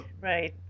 Right